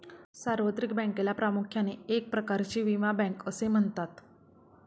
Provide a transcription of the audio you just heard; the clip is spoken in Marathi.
सार्वत्रिक बँकेला प्रामुख्याने एक प्रकारची विमा बँक असे म्हणतात